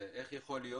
היא: איך יכול להיות